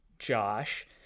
josh